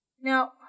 Now